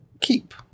keep